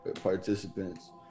Participants